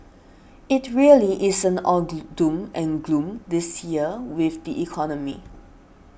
it really isn't all the doom and gloom this year with the economy